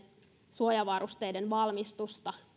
suojavarusteiden valmistusta